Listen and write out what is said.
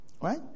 Right